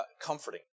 comforting